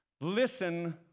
listen